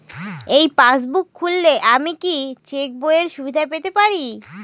এই পাসবুক খুললে কি আমি চেকবইয়ের সুবিধা পেতে পারি?